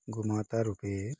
ଗୋମାତା ରୂପେ